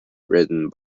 written